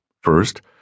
First